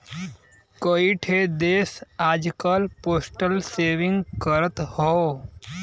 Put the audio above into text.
कई ठे देस आजकल पोस्टल सेविंग करत हौ